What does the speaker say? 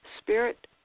spirit